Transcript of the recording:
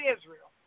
Israel